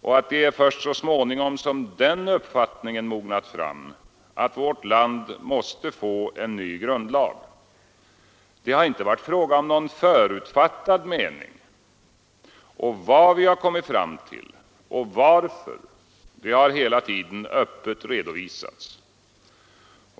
och att det är först så småningom som den uppfattningen mognat fram, att vårt land måste få en ny grundlag. Det har inte varit fråga om någon förutfattad mening, och vad vi kommit fram till — och varför — har hela tiden öppet redovisats.